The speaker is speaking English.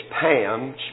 Pam